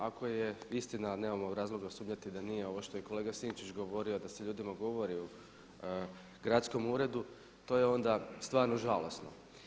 Ako je istina a nemamo razloga sumnjati da nije ovo što je kolega Sinčić govorio da se ljudima govori u Gradskom uredu to je onda stvarno žalosno.